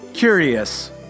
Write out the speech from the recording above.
Curious